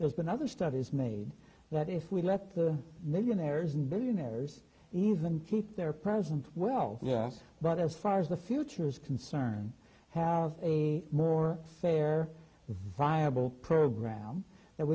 there's been other studies made that if we let the millionaires and billionaires even keep their present well yes but as far as the future is concerned a more fair viable program